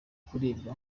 kuribwa